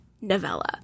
novella